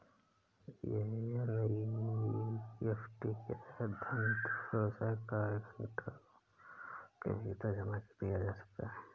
NEFT के तहत धन दो व्यावसायिक कार्य घंटों के भीतर जमा किया जाता है